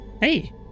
Hey